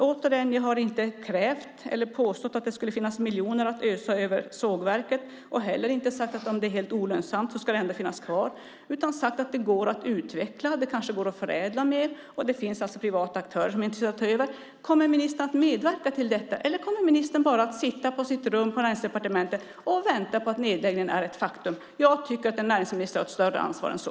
Återigen: Jag har inte krävt eller påstått att det skulle finnas miljoner att ösa över sågverket, heller inte sagt att om det är helt olönsamt det ändå ska finnas kvar. Jag har sagt att det går att utveckla. Det kanske går att förädla mer, och det finns privata aktörer som är intresserade av att ta över. Kommer ministern att medverka till detta, eller kommer ministern bara att sitta på sitt rum på Näringsdepartementet och vänta på att nedläggningen är ett faktum? Jag tycker att en näringsminister har ett större ansvar än så.